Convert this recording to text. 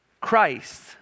Christ